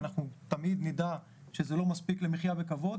ואנחנו תמיד נדע שזה לא מספיק למחיה בכבוד.